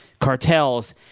cartels